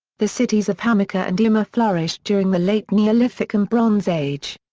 the cities of hamoukar and emar flourished during the late neolithic and bronze age.